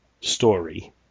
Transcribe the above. story